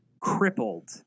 crippled